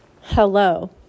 hello